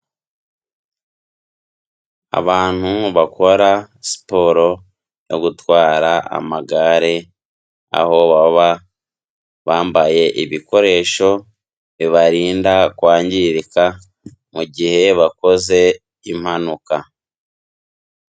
Abantu bakora siporo yo gutwara amagare, aho baba bambaye ibikoresho bibarinda kwangirika mu gihe bakoze impanuka.